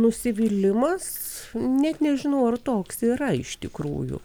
nusivylimas net nežinau ar toks yra iš tikrųjų